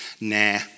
nah